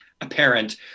apparent